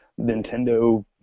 Nintendo